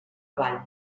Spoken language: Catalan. avall